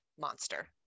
monster